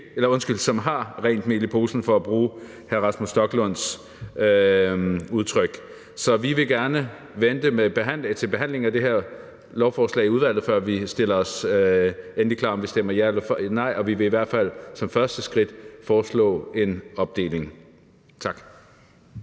som har rent mel i posen, for at bruge hr. Rasmus Stoklunds udtryk. Så vi vil gerne vente til behandlingen af det her lovforslag i udvalget, før vi stiller os endelig klar til, om vi stemmer ja eller nej, og vi vil i hvert fald som første skridt foreslå en opdeling. Tak.